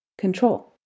control